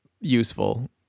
useful